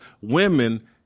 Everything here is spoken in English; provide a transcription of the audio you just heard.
women